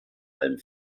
allem